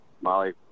Molly